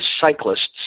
cyclists